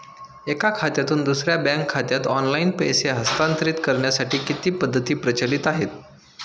एका खात्यातून दुसऱ्या बँक खात्यात ऑनलाइन पैसे हस्तांतरित करण्यासाठी किती पद्धती प्रचलित आहेत?